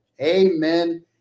Amen